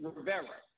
Rivera